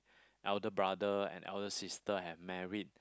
elder brother and elder sister have married